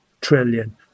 trillion